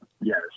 yes